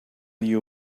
you